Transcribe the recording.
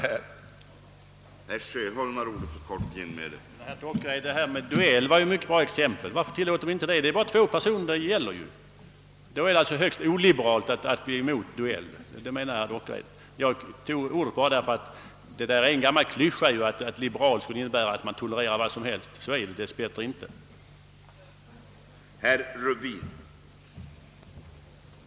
Frågan kräver inget svar utan svaret giver sig självt.